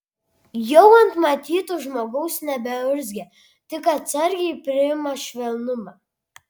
jau ant matyto žmogaus nebeurzgia tik atsargiai priima švelnumą